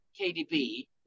KDB